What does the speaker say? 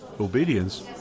obedience